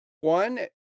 One